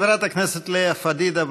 חברת הכנסת לאה פדידה,